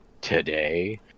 today